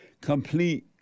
complete